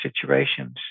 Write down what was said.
situations